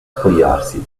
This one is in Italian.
spogliarsi